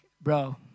bro